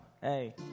Hey